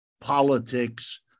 politics